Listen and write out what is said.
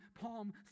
Palm